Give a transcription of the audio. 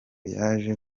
yaje